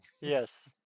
Yes